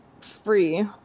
free